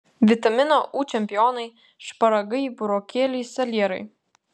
vitamino u čempionai šparagai burokėliai salierai